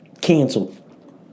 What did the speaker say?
canceled